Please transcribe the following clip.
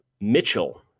Mitchell